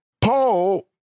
Paul